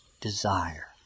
desire